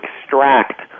extract